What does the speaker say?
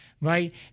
right